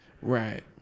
Right